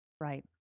Right